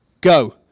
go